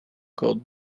called